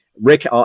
Rick